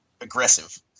aggressive